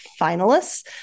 finalists